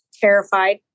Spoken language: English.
Terrified